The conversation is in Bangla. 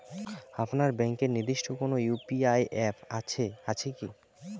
আপনার ব্যাংকের নির্দিষ্ট কোনো ইউ.পি.আই অ্যাপ আছে আছে কি?